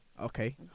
Okay